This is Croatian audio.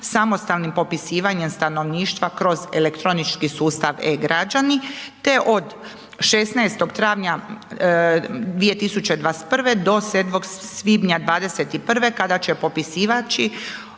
samostalnim popisivanjem stanovništva kroz elektronički sustav e-građani te od 16. travnja 2021. do 7. svibnja '21. kada će popisivači